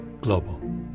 Global